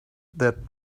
that